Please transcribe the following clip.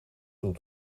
toe